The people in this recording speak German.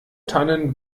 tannen